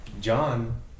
John